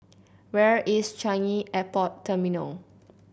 where is Changi Airport Terminal